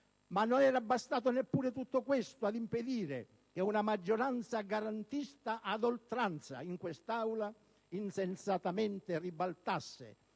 Non era bastato neppure tutto questo ad impedire che una maggioranza garantista ad oltranza in quest'Aula insensatamente ribaltasse